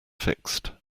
fixed